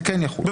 זה כן יחול.